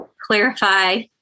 clarify